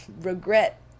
regret